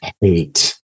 Hate